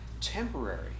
temporary